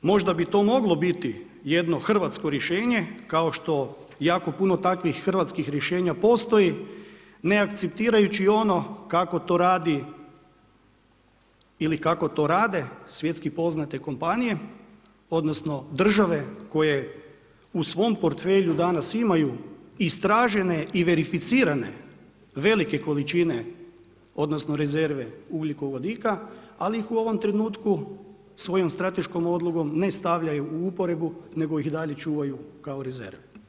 Možda bi to moglo biti jedno hrvatsko rješenje kao što jako puno takvih hrvatskih rješenja postoji ne akceptirajući ono kako to radi ili kako to rade svjetski poznate kompanije odnosno države koje u svom portfelju danas imaju istražene i verificirane velike količine odnosno rezerve ugljikovodika, ali ih u ovom trenutku svojom strateškom odlukom ne stavljaju u uporabu nego ih i dalje čuvaju kao rezerve.